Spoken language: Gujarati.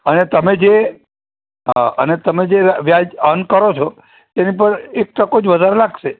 અને તમે જે હ અને તમે જે વ્યાજ અર્ન કરો છો એની પર એક ટકો જ વધારે લાગશે